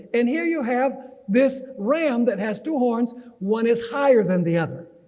and here you have this ram that has two horns one is higher than the other.